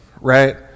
right